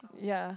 ya